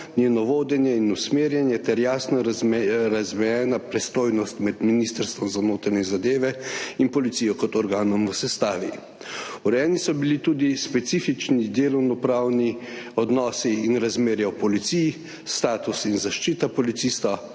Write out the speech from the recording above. njeno vodenje in usmerjanje ter jasno razmejena pristojnost med Ministrstvom za notranje zadeve in Policijo kot organom v sestavi. Urejeni so bili tudi specifični delovnopravni odnosi in razmerja v policiji, status in zaščita policista,